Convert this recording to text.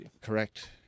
Correct